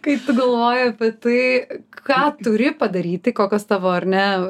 kaip tu galvoji apie tai ką turi padaryti kokios tavo ar ne